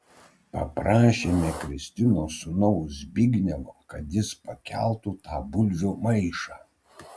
paprašėme kristinos sūnaus zbignevo kad jis pakeltų tą bulvių maišą